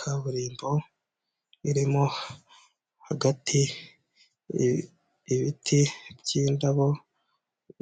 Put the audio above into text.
Kaburimbo irimo hagati ibiti by'indabo